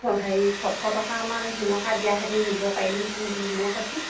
হেৰি ছশ টকামান তেনেকুৱা দিয়াহেতেঁন নিব পাৰিলোহেঁতেন বুলি তেনেকৈ কৈছোঁ